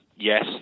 Yes